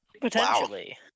potentially